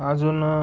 अजून